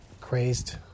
crazed